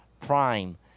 prime